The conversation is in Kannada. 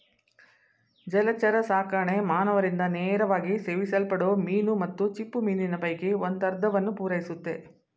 ಜಲಚರಸಾಕಣೆ ಮಾನವರಿಂದ ನೇರವಾಗಿ ಸೇವಿಸಲ್ಪಡೋ ಮೀನು ಮತ್ತು ಚಿಪ್ಪುಮೀನಿನ ಪೈಕಿ ಒಂದರ್ಧವನ್ನು ಪೂರೈಸುತ್ತೆ